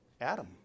Adam